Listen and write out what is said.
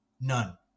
none